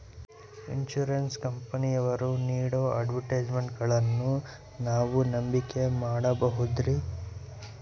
Insurance ಕಂಪನಿಯವರು ನೇಡೋ ಅಡ್ವರ್ಟೈಸ್ಮೆಂಟ್ಗಳನ್ನು ನಾವು ನಂಬಿಕೆ ಮಾಡಬಹುದ್ರಿ?